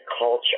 culture